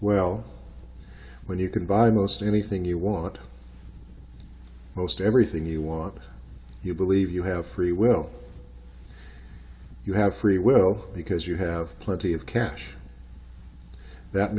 well when you can buy most anything you want most everything you want you believe you have free will you have free will because you have plenty of cash that